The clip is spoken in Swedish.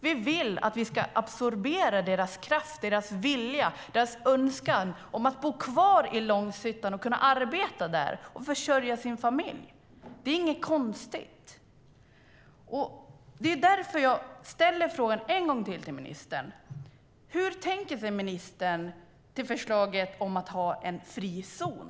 Vi vill att man absorberar deras kraft, deras vilja och deras önskan om att bo kvar i Långshyttan, kunna arbeta där och försörja sin familj. Det är inget konstigt. Det är därför jag ställer frågan till ministern en gång till: Hur ställer sig ministern till förslaget om en frizon?